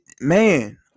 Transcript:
man